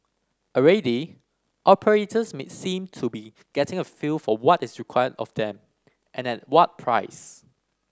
already operators seem to be getting a feel for what is required of them and at what price